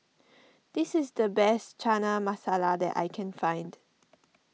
this is the best Chana Masala that I can find